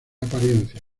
apariencia